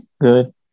good